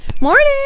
Morning